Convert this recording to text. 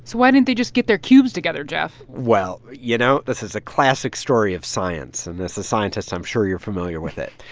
why didn't they just get their cubes together, geoff? well, you know, this is a classic story of science. and as a scientist, i'm sure you're familiar with it.